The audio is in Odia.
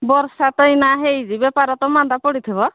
ବର୍ଷା ତ ଏନା ହୋଇଛି ବେପାର ତ ମାନ୍ଦା ପଡ଼ିଥିବ